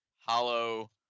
hollow